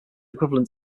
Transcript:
equivalent